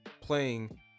playing